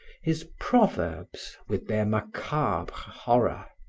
his proverbs with their macabre horror,